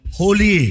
holy